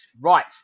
Right